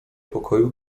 pokoju